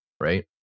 right